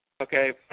Okay